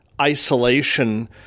isolation